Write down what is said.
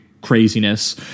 craziness